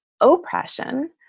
oppression